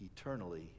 eternally